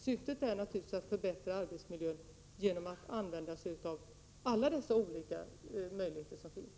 Syftet är naturligtvis att förbättra arbetsmiljön genom att använda sig av alla de olika möjligheter som finns.